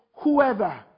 Whoever